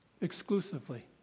exclusively